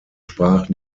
sprach